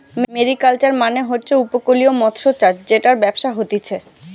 mariculture মানে হচ্ছে উপকূলীয় মৎস্যচাষ জেটার ব্যবসা হতিছে